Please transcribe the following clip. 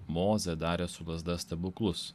mozė darė su lazda stebuklus